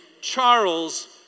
Charles